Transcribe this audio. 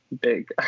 big